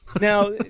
Now